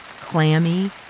clammy